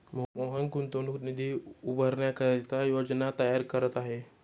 मोहन गुंतवणूक निधी उभारण्याकरिता योजना तयार करत आहे